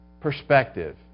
perspective